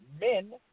men